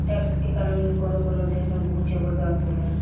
tax के कानून भी कवनो कवनो देश में बहुत जबरदस्त होला